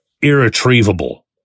irretrievable